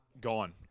gone